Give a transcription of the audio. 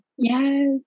Yes